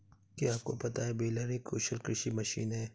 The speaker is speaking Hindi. क्या आपको पता है बेलर एक कुशल कृषि मशीन है?